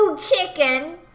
chicken